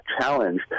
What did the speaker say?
challenge